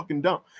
dumb